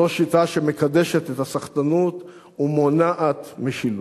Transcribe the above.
זו שיטה שמקדשת את הסחטנות ומונעת משילות.